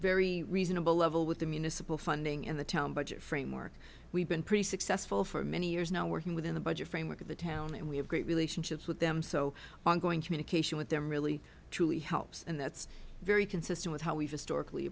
very reasonable level with the municipal funding in the town budget framework we've been pretty successful for many years now working within the budget framework of the town and we have great relationships with them so ongoing communication with them really truly helps and that's very consistent with how we've historically